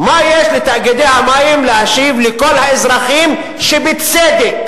מה יש לתאגידי המים להשיב לכל האזרחים שבצדק